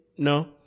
No